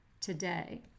today